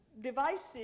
devices